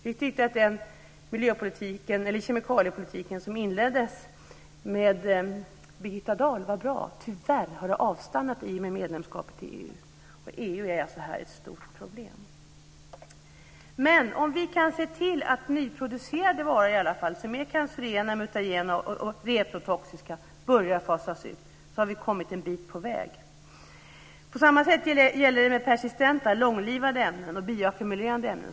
Vi tycker att den kemikaliepolitik som inleddes med Birgitta Dahl var bra. Tyvärr har den avstannat i och med medlemskapet i EU. EU är alltså ett stort problem här. Men om vi kan se till att åtminstone nyproducerade varor som är cancerogena, mutagena och reprotoxiska börjar fasas ut så har vi kommit en bit på väg. På samma sätt är det med de persistenta, långlivade, ämnena och med de bioackumulerande ämnena.